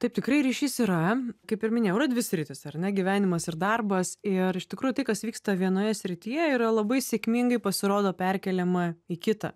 taip tikrai ryšys yra kaip ir minėjau yra dvi sritys ar ne gyvenimas ir darbas ir iš tikrųjų tai kas vyksta vienoje srityje yra labai sėkmingai pasirodo perkeliama į kitą